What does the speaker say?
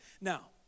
Now